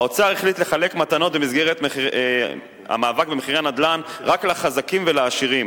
האוצר החליט לחלק מתנות במסגרת המאבק במחירי הנדל"ן רק לחזקים ולעשירים.